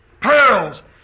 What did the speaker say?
pearls